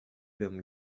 them